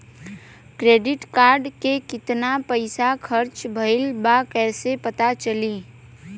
Credit card के कितना पइसा खर्चा भईल बा कैसे पता चली?